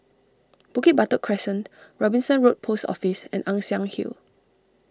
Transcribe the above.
Bukit Batok Crescent Robinson Road Post Office and Ann Siang Hill